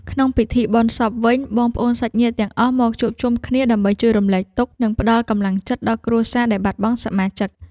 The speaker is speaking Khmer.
ក្នុងពិធីបុណ្យសពវិញ បងប្អូនសាច់ញាតិទាំងអស់មកជួបជុំគ្នាដើម្បីជួយរំលែកទុក្ខ និងផ្ដល់កម្លាំងចិត្តដល់គ្រួសារដែលបាត់បង់សមាជិក។